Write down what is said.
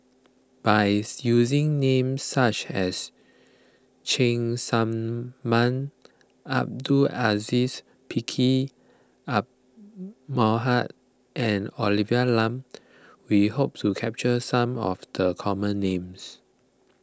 by using name such as Cheng Tsang Man Abdul Aziz Pakkeer Mohamed and Olivia Lum we hope to capture some of the common names